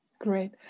Great